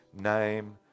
name